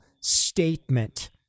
statement